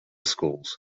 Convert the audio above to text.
schools